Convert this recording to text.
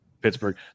Pittsburgh